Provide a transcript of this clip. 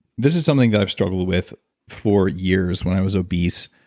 this is something that i've struggled with for years when i was obese,